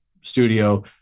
studio